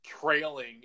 trailing